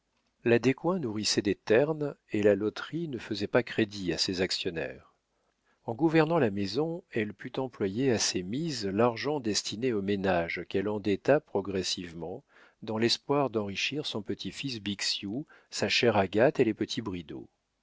la descoings nourrissait des ternes et la loterie ne faisait pas crédit à ses actionnaires en gouvernant la maison elle put employer à ses mises l'argent destiné au ménage qu'elle endetta progressivement dans l'espoir d'enrichir son petit-fils bixiou sa chère agathe et les petits bridau